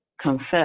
confess